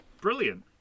brilliant